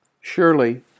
Surely